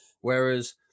Whereas